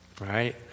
right